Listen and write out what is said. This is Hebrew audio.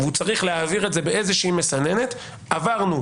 לכך שהוא צריך להעביר את זה באיזו שהיא מסננת: "עברנו,